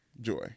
joy